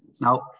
Now